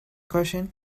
question